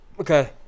Okay